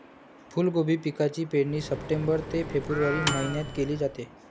फुलकोबी पिकाची पेरणी सप्टेंबर ते फेब्रुवारी महिन्यात केली जाते